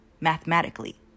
mathematically